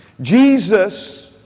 Jesus